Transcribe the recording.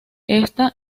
esta